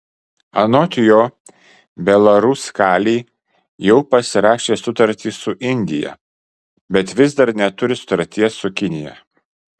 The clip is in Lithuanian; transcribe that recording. anot jo belaruskalij jau pasirašė sutartį su indija bet vis dar neturi sutarties su kinija